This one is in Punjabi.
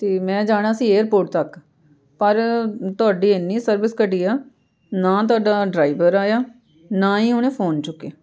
ਅਤੇ ਮੈਂ ਜਾਣਾ ਸੀ ਏਅਰਪੋਰਟ ਤੱਕ ਪਰ ਤੁਹਾਡੀ ਐਨੀ ਸਰਵਿਸ ਘਟੀਆ ਨਾ ਤੁਹਾਡਾ ਡਰਾਈਵਰ ਆਇਆ ਨਾ ਹੀ ਉਹਨੇ ਫੋਨ ਚੁੱਕਿਆ